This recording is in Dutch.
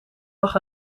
lag